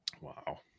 wow